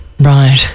right